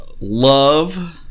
Love